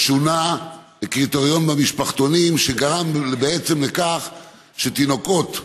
שונה קריטריון במשפחתונים שגרם בעצם לכך שתינוקות,